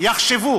יחשבו